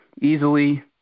easily